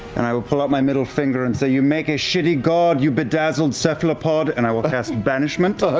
and i will pull out my middle finger and say you make a shitty god, you bedazzled cephalopod! and i will cast banishment. travis oh,